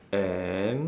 and